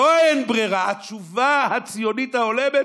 לא "אין ברירה" זו התשובה הציונית ההולמת?